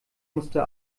musste